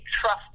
trust